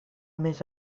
més